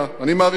אני מעריך את זה.